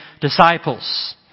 disciples